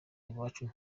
iwacu